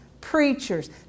preachers